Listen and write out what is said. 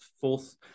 fourth